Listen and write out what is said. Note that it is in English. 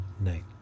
night